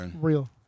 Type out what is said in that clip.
real